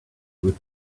with